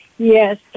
Yes